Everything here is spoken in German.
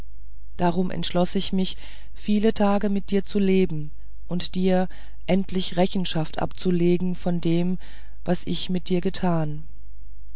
darum entschloß ich mich viele tage mit dir zu leben und dir endlich rechenschaft abzulegen von dem was ich mit dir getan